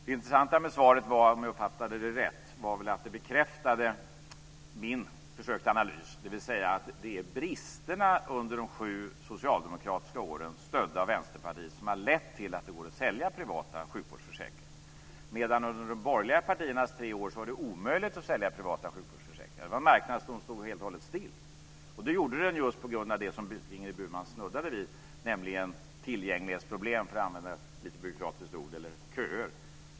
Det intressanta med svaret var, om jag uppfattade det rätt, att det bekräftade mitt försök till analys, dvs. att det är bristerna under de sju socialdemokratiska åren, stödda av Vänsterpartiet, som har lett till att det går att sälja privata sjukvårdsförsäkringar. Under de borgerliga partiernas tre år var det omöjligt att sälja privata sjukvårdsförsäkringar. Det var en marknad som stod helt och hållet still. Det gjorde den just på grund av det som Ingrid Burman snuddade vid, nämligen tillgänglighetsproblem, för att använda ett lite byråkratiskt ord, eller köer.